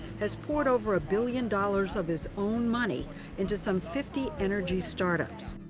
has poured over a billion dollars of his own money into some fifty energy startups.